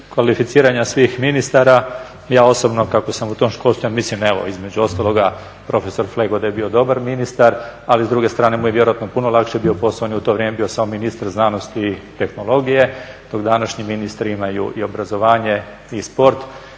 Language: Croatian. kvalificiranja svih ministara, ja osobno kako sam u tom školstvu, ja mislim, evo između ostaloga profesor Flego da je bio dobar ministar, ali s druge strane mu je vjerojatno puno lakše bio posao, on je u to vrijeme bio samo ministar znanosti i tehnologije, dok današnji ministri imaju i obrazovanje, i sport